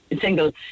single